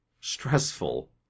stressful